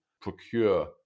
procure